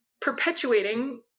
perpetuating